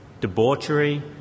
debauchery